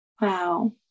Wow